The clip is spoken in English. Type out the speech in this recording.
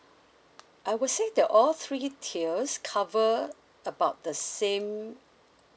I would say the all three tiers cover about the same